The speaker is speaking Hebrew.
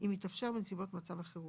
אם מתאפשר בנסיבות מצב החירום,